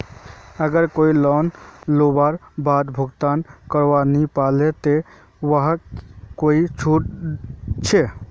अगर कोई लोन लुबार बाद भुगतान करवा नी पाबे ते वहाक कोई छुट छे?